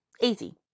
easy